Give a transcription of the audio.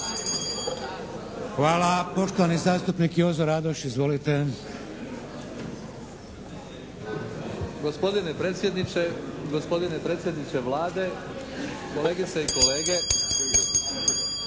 Hvala. Poštovani zastupnik Jozo Radoš. Izvolite. **Radoš, Jozo (HNS)** Gospodine predsjedniče, gospodine predsjedniče Vlade, kolegice i kolege.